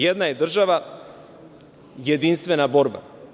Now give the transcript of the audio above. Jedna je država, jedinstvena borba.